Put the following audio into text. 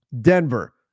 Denver